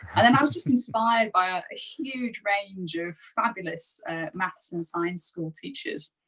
and then i was just inspired by ah a huge range of fabulous maths and science school teachers.